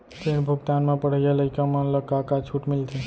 ऋण भुगतान म पढ़इया लइका मन ला का का छूट मिलथे?